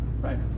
right